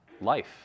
life